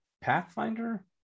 pathfinder